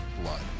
blood